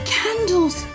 candles